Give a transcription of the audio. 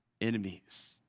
enemies